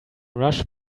rush